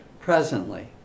presently